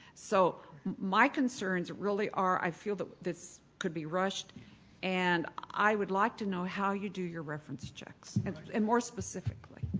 so my concerns really are, i feel that this could be rushed and i would like to know how you do your reference checks and and more specifically.